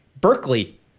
Berkeley